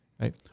right